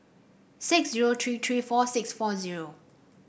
six zero three three four six four zero